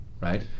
right